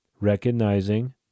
recognizing